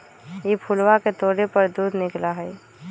ई फूलवा के तोड़े पर दूध निकला हई